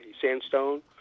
sandstone